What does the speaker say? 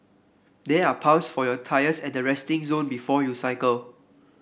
there are pumps for your tyres at the resting zone before you cycle